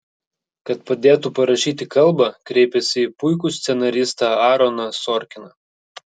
kad padėtų parašyti kalbą kreipėsi į puikų scenaristą aaroną sorkiną